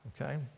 okay